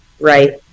right